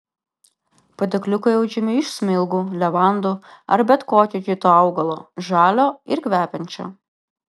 padėkliukai audžiami iš smilgų levandų ar bet kokio kito augalo žalio ir kvepiančio